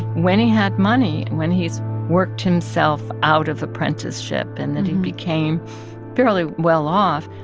when he had money and when he's worked himself out of apprenticeship and then he became fairly well off,